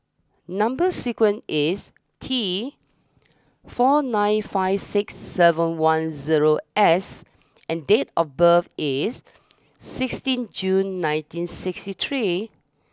number sequence is T four nine five six seven one zero S and date of birth is sixteen June nineteen sixty three